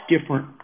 different